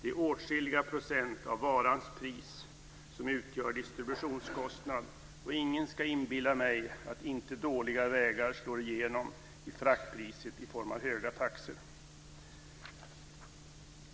Det är åtskilliga procent av varans pris som utgör distributionskostnad. Och ingen ska inbilla mig att inte dåliga vägar slår igenom i fraktpriset i form av höga taxor.